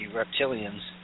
reptilians